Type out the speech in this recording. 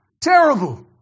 Terrible